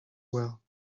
well